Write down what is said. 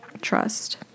Trust